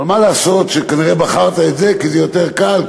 אבל מה לעשות שכנראה בחרת את זה כי זה יותר קל,